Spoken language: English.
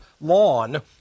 lawn